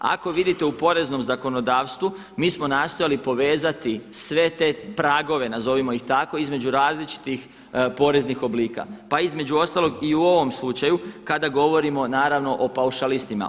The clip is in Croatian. Ako vidite u poreznom zakonodavstvu mi smo nastojali povezati sve te pragove, nazovimo ih tako, između različitih poreznih oblika pa između ostalog i u ovom slučaju kada govorimo o paušalistima.